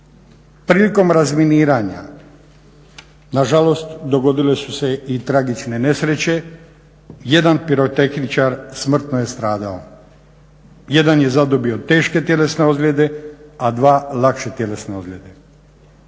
Prilikom razminiranja na žalost dogodile su se i tragične nesreće. Jedan pirotehničar smrtno je stradao, jedan je zadobio teške tjelesne ozljede, a dva lakše tjelesne ozljede.